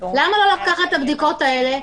למה לא לקחת את הבדיקות האלה?